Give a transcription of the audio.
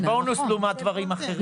זה בונוס לעומת דברים אחרים.